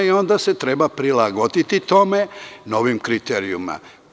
Onda se treba prilagoditi tome novim kriterijumima.